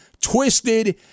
Twisted